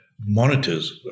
monitors